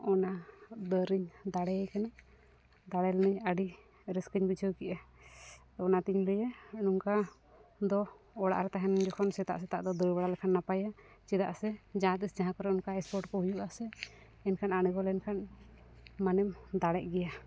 ᱚᱱᱟ ᱫᱟᱹᱲᱨᱮᱧ ᱫᱟᱲᱮᱭ ᱠᱟᱱᱟ ᱫᱟᱲᱮᱞᱤᱱᱟᱹᱧ ᱟᱹᱰᱤ ᱨᱟᱹᱥᱠᱟᱹᱧ ᱵᱩᱡᱷᱟᱹᱣ ᱠᱮᱫᱟ ᱚᱱᱟᱛᱮᱧ ᱞᱟᱹᱭᱟ ᱱᱚᱝᱠᱟ ᱫᱚ ᱚᱲᱟᱜᱼᱨᱮ ᱛᱟᱦᱮᱱ ᱡᱚᱠᱷᱚᱱ ᱥᱮᱛᱟᱜ ᱥᱮᱛᱟᱜ ᱫᱚ ᱫᱟᱹᱲᱵᱟᱲᱟ ᱞᱮᱠᱷᱟᱱ ᱱᱟᱯᱟᱭᱟ ᱪᱮᱫᱟᱜ ᱥᱮ ᱡᱟᱦᱟᱛᱤᱥ ᱡᱟᱦᱟᱸ ᱠᱚᱨᱮ ᱚᱱᱠᱟ ᱥᱯᱳᱨᱴ ᱠᱚ ᱦᱩᱭᱩᱜᱼᱟ ᱥᱮ ᱮᱱᱠᱷᱟᱱ ᱟᱬᱜᱚᱞᱮᱱᱠᱷᱟᱱ ᱢᱟᱱᱮᱢ ᱫᱟᱲᱮᱜ ᱜᱮᱭᱟ